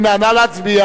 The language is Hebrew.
סעיף 1